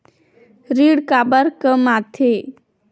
ऋण काबर कम आथे?